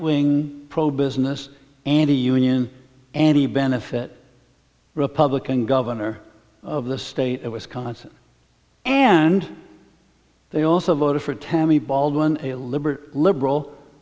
wing pro business anti union any benefit republican governor of the state of wisconsin and they also voted for tammy baldwin a liberal liberal